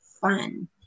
fun